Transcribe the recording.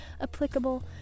applicable